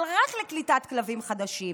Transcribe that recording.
אבל רק לקליטת כלבים חדשים.